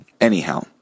Anyhow